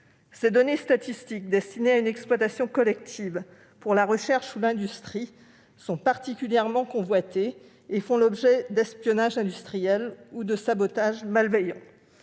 Ces données statistiques destinées à une exploitation collective pour la recherche ou l'industrie sont particulièrement convoitées et font l'objet d'espionnage industriel ou de sabotage malveillant.